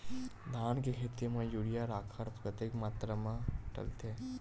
धान के खेती म यूरिया राखर कतेक मात्रा म डलथे?